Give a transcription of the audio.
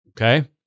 Okay